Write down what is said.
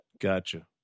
Gotcha